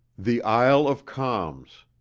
the isle of calms